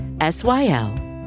S-Y-L